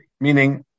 meaning